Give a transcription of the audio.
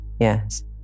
Yes